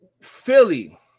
Philly